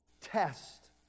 test